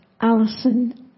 Allison